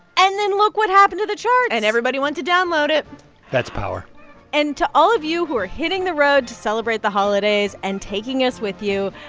and then look what happened to the charts and everybody went to download it that's power and to all of you who are hitting the road to celebrate the holidays and taking us with you,